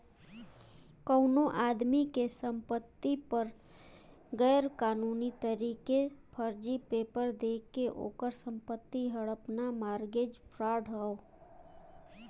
कउनो आदमी के संपति पर गैर कानूनी तरीके फर्जी पेपर देके ओकर संपत्ति हड़पना मारगेज फ्राड हौ